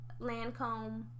Lancome